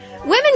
women